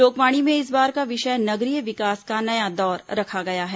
लोकवाणी में इस बार का विषय नगरीय विकास का नया दौर रखा गया है